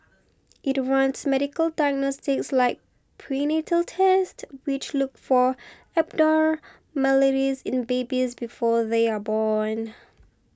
it runs medical diagnostics like prenatal tests which look for abnormalities in babies before they are born